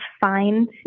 find